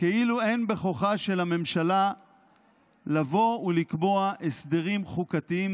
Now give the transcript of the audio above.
כאילו אין בכוחה של הממשלה לבוא ולקבוע הסדרים חוקתיים